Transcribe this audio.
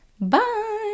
bye